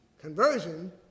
conversion